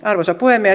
arvoisa puhemies